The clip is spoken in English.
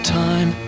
time